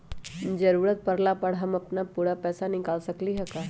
जरूरत परला पर हम अपन पूरा पैसा निकाल सकली ह का?